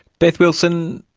beth wilson,